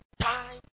Time